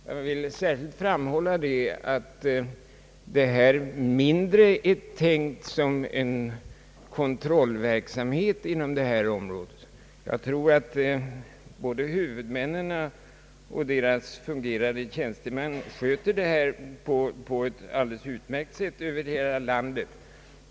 Jag vill särskilt framhålla att detta mindre är tänkt som en kontrollverksamhet inom detta område. Jag tror att både huvudmännen och deras fungerande tjänstemän sköter arbetet på ett alldeles utmärkt sätt i hela landet.